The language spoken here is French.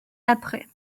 après